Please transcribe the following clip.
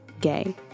Gay